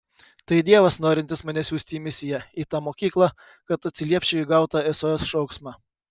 tai dievas norintis mane siųsti į misiją į tą mokyklą kad atsiliepčiau į gautą sos šauksmą